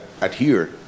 adhere